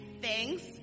thanks